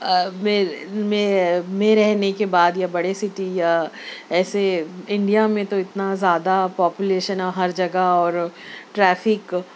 میں میں میں رہنے کے بعد یا بڑے سٹی یا ایسے انڈیا میں تو اتنا زیادہ پاپولیشن ہے ہر جگہ اور ٹریفک